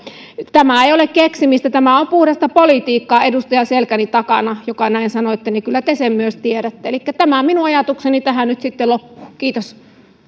tämä ei ole keksimistä tämä on puhdasta politiikkaa edustaja selkäni takana joka näin sanoitte kyllä te sen myös tiedätte elikkä tämä on minun ajatukseni nyt sitten tähän loppuun kiitos